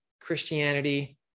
Christianity